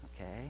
okay